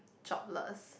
jobless